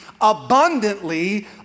abundantly